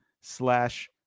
slash